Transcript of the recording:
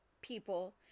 people